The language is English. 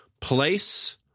place